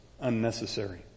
unnecessary